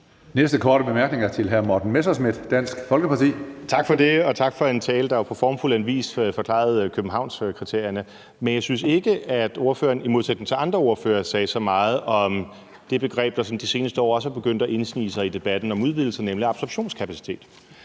Næste korte bemærkning er til hr. Morten Messerschmidt, Dansk Folkeparti. Kl. 17:00 Morten Messerschmidt (DF): Tak for det, og tak for en tale, der jo på formfuldendt vis forklarede Københavnskriterierne. Men jeg synes ikke, at ordføreren i modsætning til andre ordførere sagde så meget om det begreb, der det seneste år også er begyndt at indsnige sig i debatten om udvidelse, nemlig absorptionskapacitet,